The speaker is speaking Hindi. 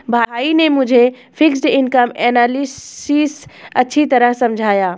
भाई ने मुझे फिक्स्ड इनकम एनालिसिस अच्छी तरह समझाया